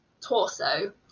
torso